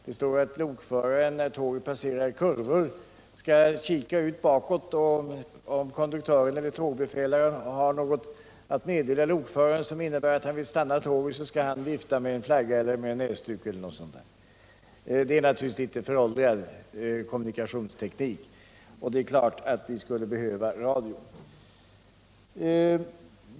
Det står där att lokföraren när tåget passerar kurvor skall kika ut bakåt för att se om konduktören eller tågbefälhavaren har något att meddela lokföraren. Det innebär att om denne vill stanna tåget skall han vifta med en flagga eller en näsduk. Detta är naturligtvis en föråldrad kommunikationsteknik, och det är klart att vi skulle behöva radio i stället.